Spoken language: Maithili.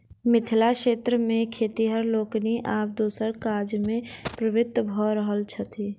मिथिला क्षेत्र मे खेतिहर लोकनि आब दोसर काजमे प्रवृत्त भ रहल छथि